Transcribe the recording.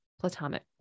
platonic